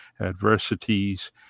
adversities